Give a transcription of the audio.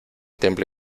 templo